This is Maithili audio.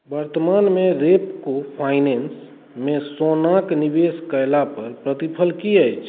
वर्तमानमे रेपको फाइनेन्समे सोनाक निवेश कयलापर प्रतिफल की अछि